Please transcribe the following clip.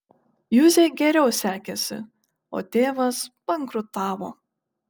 juzei geriau sekėsi o tėvas bankrutavo